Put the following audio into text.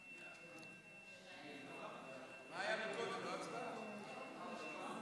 חוק סמכויות מיוחדת להתמודדות עם נגיף הקורונה